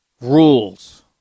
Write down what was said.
rules